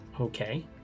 Okay